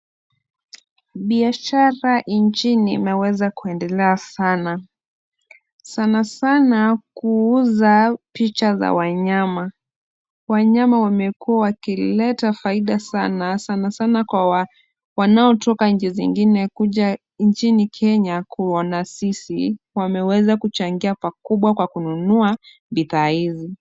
Biashara nchini imeweza kuendelea sana, sana sana kuuza picha za wanyama. Wanyama wamekuwa wakileta faida sana, sana sana kwa wanaotoka nchi zingine kuja nchini Kenya kuona sisi wameweza kuchangia pakubwa kwa kununua bidhaa hizi.